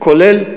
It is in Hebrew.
כולל,